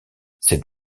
cette